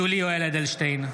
(קורא בשמות חברי הכנסת) יולי יואל אדלשטיין,